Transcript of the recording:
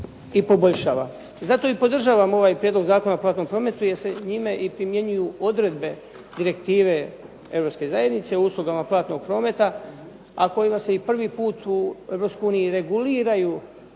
i poboljšava. Zato podržavam ovaj Prijedlog zakona o platnom prometu jer se njime primjenjuju odredbe direktive Europske zajednice, uslugama platnog prometa a kojima se prvi put u Europskoj uniji reguliraju